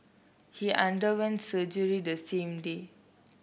he underwent surgery the same day